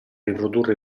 riprodurre